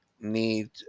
need